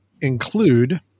include